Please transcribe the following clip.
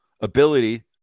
ability